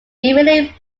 immediately